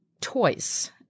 toys